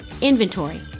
inventory